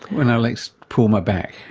when i next pull my back?